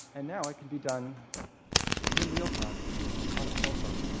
and now, it can be done in real time on a cell phone.